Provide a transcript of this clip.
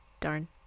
Darn